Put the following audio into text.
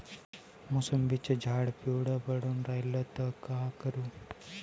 मोसंबीचं झाड पिवळं पडून रायलं त का करू?